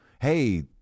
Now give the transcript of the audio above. Hey